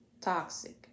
toxic